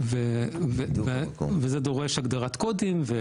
וזה דורש הגדרת קודים.